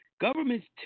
Governments